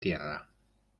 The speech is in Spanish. tierra